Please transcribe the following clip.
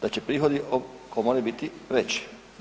Da će prihodi komore biti veći.